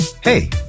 Hey